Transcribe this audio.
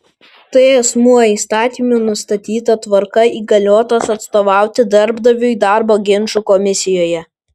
tai asmuo įstatymų nustatyta tvarka įgaliotas atstovauti darbdaviui darbo ginčų komisijoje